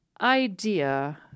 idea